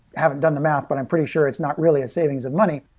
having done the math, but i'm pretty sure it's not really a savings of money,